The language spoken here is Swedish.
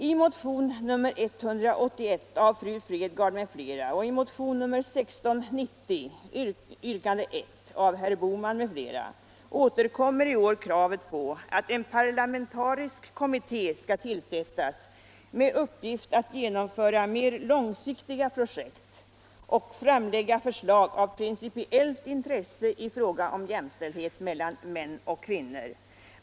I motionen 181 av fru Fredgardh m.fl. och i motionen 1690, yrkandet 1, av herr Bohman m.fl. återkommer i år kravet på att en parlamentarisk kommitté skall tillsättas med uppgift att genomföra mer långsiktiga projekt och framlägga förslag av principiellt intresse i fråga om jämställdhet mellan män och kvinnor.